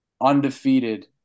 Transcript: undefeated